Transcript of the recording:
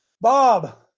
Bob